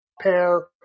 pair